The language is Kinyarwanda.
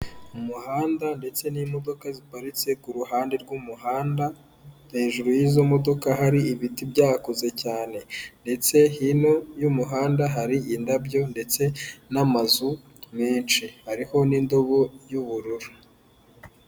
Umuhanda ndetse n'imodoka ziparitse kuruhande rw'umuhanda; hejuru y'izo modoka hari ibiti byakuze cyane ndetse hino y'umuhanda hari indabyo ndetse n'amazu menshi hariho n'indobo y'ubururu.